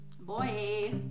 boy